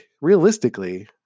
realistically